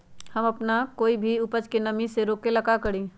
हम अपना कोई भी उपज के नमी से रोके के ले का करी?